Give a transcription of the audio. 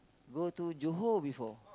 go to Johor before